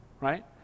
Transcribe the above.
right